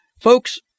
Folks